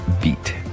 beat